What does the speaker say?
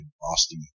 Boston